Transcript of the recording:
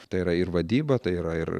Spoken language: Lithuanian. tai yra ir vadyba tai yra ir